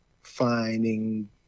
finding